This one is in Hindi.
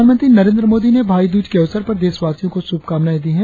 प्रधानंत्री नरेंद्र मोदी ने भाई द्रज के अवसर पर देशवासियों को शुभकामनाएं दी है